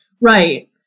Right